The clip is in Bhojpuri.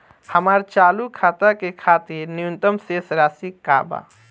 हमार चालू खाता के खातिर न्यूनतम शेष राशि का बा?